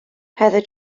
heather